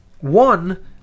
One